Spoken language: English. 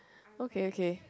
okay okay